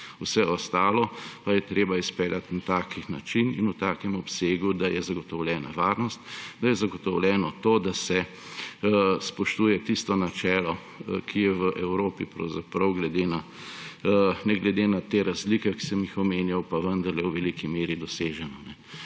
Vse ostalo pa je treba izpeljati na tak način in v takem obsegu, da je zagotovljena varnost, da je zagotovljeno to, da se spoštuje tisto načelo, ki je v Evropi pravzaprav ne glede na te razlike, ki sem jih omenjal, vendarle v veliki meri doseženo: